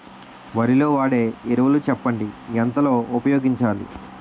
వరిలో వాడే ఎరువులు చెప్పండి? ఎంత లో ఉపయోగించాలీ?